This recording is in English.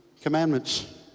commandments